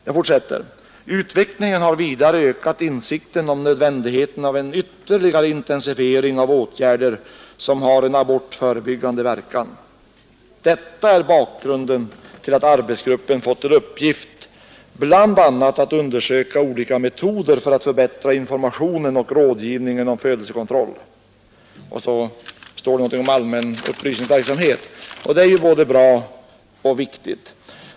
Jag fortsätter citatet ”Utvecklingen har vidare ökat insikten om nödvändigheten av en ytterligare intensifiering av åtgärder som har en abortförebyggande verkan. Detta är bakgrunden till att arbetsgruppen fått till uppgift att bl.a. undersöka olika metoder för att förbättra, informationen och rådgivningen om födelsekontroll.” Vidare står det något om allmän upplysningsverksamhet, och det är ju både bra och viktigt.